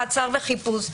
מעצר וחיפוש.